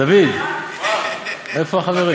דוד, איפה החברים?